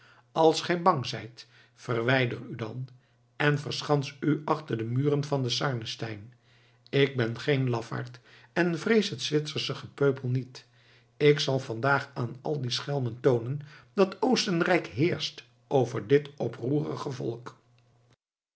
als gij bang zijt verwijder u dan en verschans u achter de muren van den sarnenstein ik ben geen lafaard en vrees het zwitsersche gepeupel niet ik zal vandaag aan al die schelmen toonen dat oostenrijk heerscht over dit oproerige volk